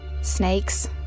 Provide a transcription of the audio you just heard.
Snakes